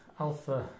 alpha